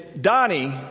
Donnie